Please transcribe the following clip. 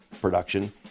production